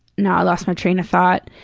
now i lost my train of thought.